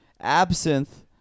absinthe